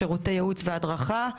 שירותי ייעוץ והדרכה.